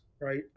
right